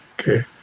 okay